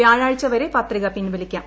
വ്യാഴാഴ്ച വരെ പത്രിക പിൻവലിക്കാം